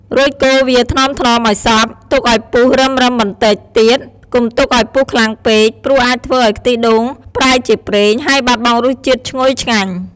រួចកូរវាថ្នមៗឱ្យសព្វ ទុកឱ្យពុះរឹមៗបន្តិចទៀត កុំទុកឱ្យពុះខ្លាំងពេក ព្រោះអាចធ្វើឱ្យខ្ទិះដូងប្រែជាប្រេង ហើយបាត់បង់រសជាតិឈ្ងុយឆ្ងាញ់។